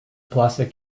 plastic